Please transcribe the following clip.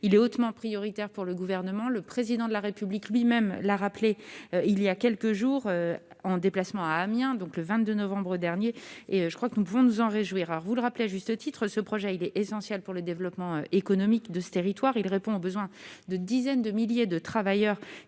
est hautement prioritaire pour le Gouvernement. Le Président de la République l'a lui-même rappelé lors d'un déplacement à Amiens le 22 novembre dernier. Je crois que nous pouvons nous en réjouir. Vous le rappelez à juste titre, le projet est essentiel pour le développement économique du territoire concerné. Il répond aux besoins de dizaines de milliers de travailleurs